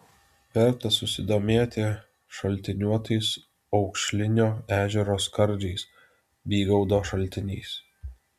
verta susidomėti šaltiniuotais aukšlinio ežero skardžiais bygaudo šaltiniais